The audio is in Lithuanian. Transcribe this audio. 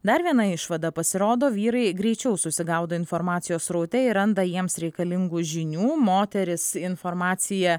dar viena išvada pasirodo vyrai greičiau susigaudo informacijos sraute ir randa jiems reikalingų žinių moterys informaciją